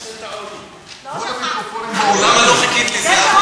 לא שכחתי, למה לא חיכית לי, זהבה?